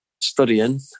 studying